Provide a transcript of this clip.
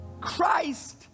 Christ